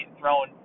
thrown